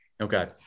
okay